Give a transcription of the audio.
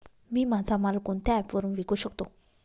मी माझा माल कोणत्या ॲप वरुन विकू शकतो?